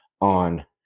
on